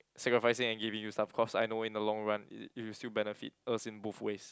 sacrificing I give you some cause I know in the long run it it will still benefit us in both ways